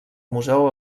museu